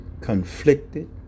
conflicted